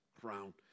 crown